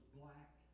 black